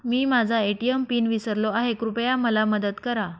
मी माझा ATM PIN विसरलो आहे, कृपया मला मदत करा